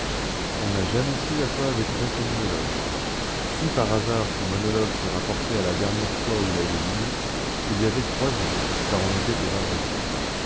on n'a jamais su à quoi avait trait ce monologue si par hasard ce monologue se rapportait à la dernière fois où il avait dîné il y avait trois jours car on était au vendredi